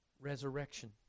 resurrection